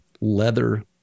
leather